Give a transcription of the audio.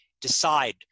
decide